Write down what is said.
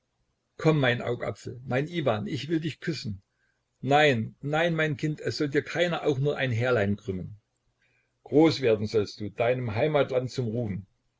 komm mein augapfel mein iwan ich will dich küssen nein nein mein kind es soll dir keiner auch nur ein härlein krümmen groß werden sollst du deinem heimatland zum ruhm